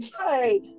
Right